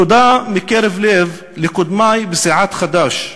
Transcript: תודה מקרב לב לקודמי בסיעת חד"ש,